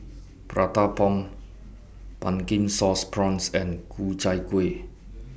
Prata Bomb Pumpkin Sauce Prawns and Ku Chai Kuih